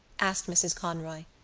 asked mrs. conroy.